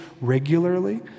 regularly